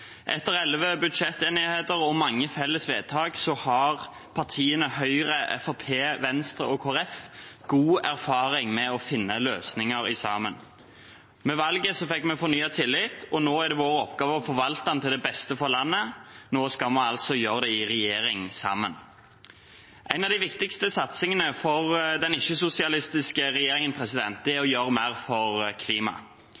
Etter elleve budsjettenigheter og mange felles vedtak har partiene Høyre, Fremskrittspartiet, Venstre og Kristelig Folkeparti god erfaring med å finne løsninger sammen. Ved valget fikk vi fornyet tillit, og nå er det vår oppgave å forvalte den til det beste for landet. Nå skal vi altså gjøre det i regjering sammen. En av de viktigste satsingene for den ikke-sosialistiske regjeringen er